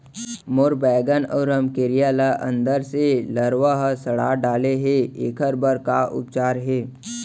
मोर बैगन अऊ रमकेरिया ल अंदर से लरवा ह सड़ा डाले हे, एखर बर का उपचार हे?